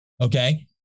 Okay